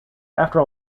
after